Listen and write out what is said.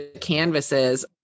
canvases